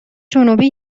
جنوبی